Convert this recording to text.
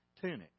tunic